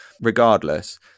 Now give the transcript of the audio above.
regardless